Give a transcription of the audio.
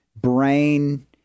brain